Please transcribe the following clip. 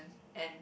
and